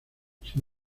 sin